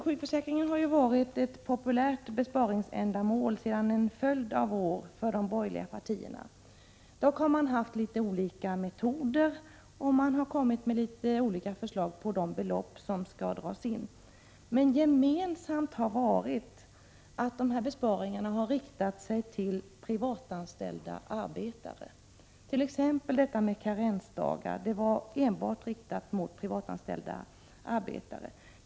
Sjukförsäkringen har under en följd av år varit ett populärt besparingsmål bland de borgerliga partierna. De har dock velat använda olika metoder och lagt fram olika förslag vad gäller de belopp som skall dras in. Gemensamt för förslagen har dock varit att besparingarna har riktat sig mot privatanställda arbetare. Bl. a. var förslaget om karensdagar enbart riktat mot privatanställda arbetare.